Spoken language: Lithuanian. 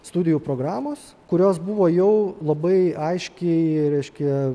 studijų programos kurios buvo jau labai aiškiai reiškia